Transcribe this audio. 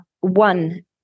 one